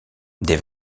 des